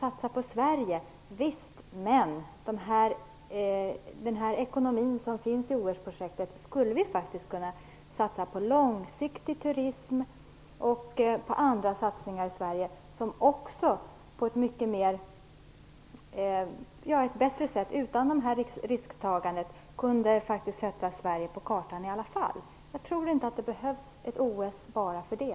Satsa på Sverige - visst, men de summor som finns i OS-projektet skulle vi faktiskt kunna satsa på långsiktig turism och andra saker i Sverige, som utan det här risktagandet kunde sätta Sverige på kartan. Jag tror inte att det behövs ett OS för det.